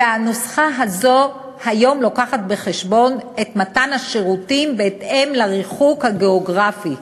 והנוסחה הזו היום לוקחת בחשבון את מתן השירותים בהתאם לריחוק הגיאוגרפי,